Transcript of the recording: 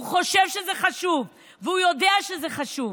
הוא חושב שזה חשוב, והוא יודע שזה חשוב.